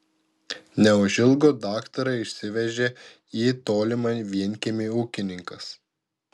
neužilgo daktarą išsivežė į tolimą vienkiemį ūkininkas